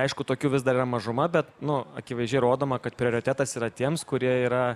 aišku tokių vis dar yra mažuma bet nu akivaizdžiai rodoma kad prioritetas yra tiems kurie yra